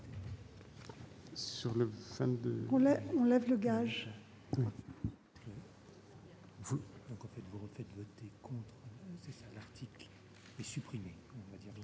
Je lève le gage,